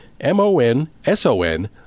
M-O-N-S-O-N